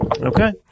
Okay